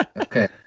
Okay